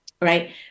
Right